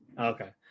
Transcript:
Okay